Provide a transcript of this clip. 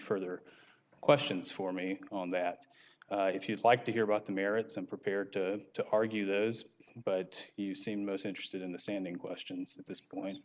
further questions for me on that if you'd like to hear about the merits i'm prepared to argue those but you seem most interested in the standing questions this point